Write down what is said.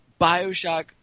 Bioshock